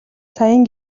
саяын